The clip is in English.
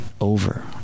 over